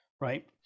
right